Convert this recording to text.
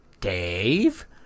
Dave